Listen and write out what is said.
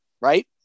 right